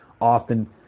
often –